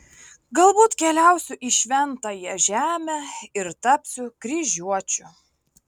galbūt keliausiu į šventąją žemę ir tapsiu kryžiuočiu